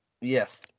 yes